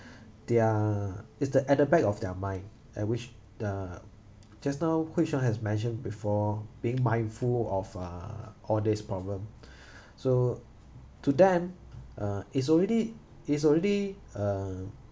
their is the at the back of their mind at which the just now hui xiong has measured before being mindful of uh all this problem so to them uh it's already it's already uh